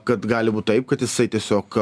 kad gali būt taip kad jisai tiesiog